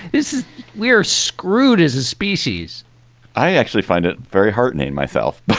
this is we are screwed as a species i actually find it very heartening myself